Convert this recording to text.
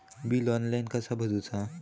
Bill online कसा भरायचा?